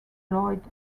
lloyd